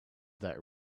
that